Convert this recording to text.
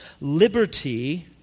liberty